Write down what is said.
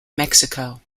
mexico